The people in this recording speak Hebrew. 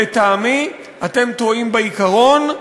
לטעמי, אתם טועים בעיקרון,